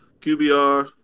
QBR